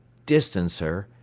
distanced her,